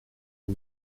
you